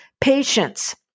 Patience